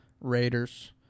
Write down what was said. Raiders